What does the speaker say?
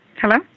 Hello